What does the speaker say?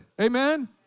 amen